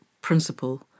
principle